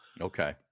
Okay